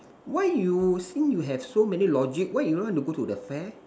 why you seem you have so many logic why you want to go to the fair